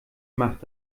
macht